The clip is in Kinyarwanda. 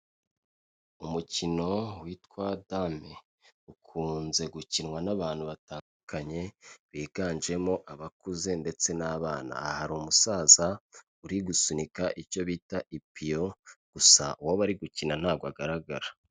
Umukino witwa dame ukunze gukinwa n'abantu batandukanye biganjemo abakuze ndetse n'abana, hari umusaza uri gusunika icyo bita ipiyo gusa uwo bari gukina ntabwo agaragara.